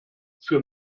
für